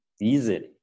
easily